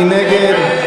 מי נגד?